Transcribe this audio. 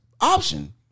option